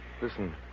Listen